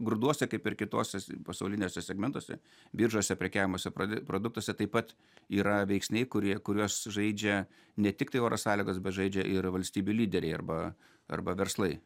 grūduose kaip ir kituose pasauliniuose segmentuose biržose prekiavimuose produktuose taip pat yra veiksniai kurie kuriuos žaidžia ne tiktai oro sąlygos bet žaidžia ir valstybių lyderiai arba arba verslai